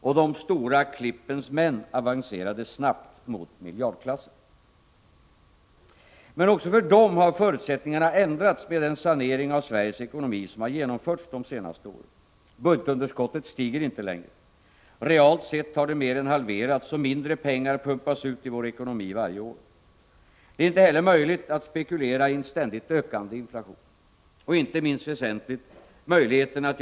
Och de stora klippens män avancerade snabbt mot miljardklassen. Men också för dem har förutsättningarna ändrats med den sanering av Sveriges ekonomi som har genomförts de senaste åren. Budgetunderskottet stiger inte längre. Realt sett har det mer än halverats, och mindre pengar pumpas ut i vår ekonomi för varje år. Det är inte heller möjligt att spekulera i en ständigt ökande inflation. Och, inte minst väsentligt, möjligheterna att .